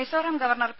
Mizoram governor P